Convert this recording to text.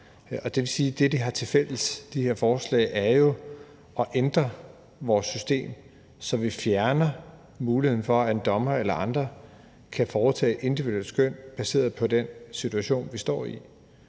har tilfælles, er jo et ønske om at ændre vores system, så vi fjerner muligheden for, at en dommer eller andre kan foretage individuelle skøn baseret på den situation, de står i.